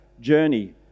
journey